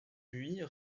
buis